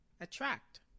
Attract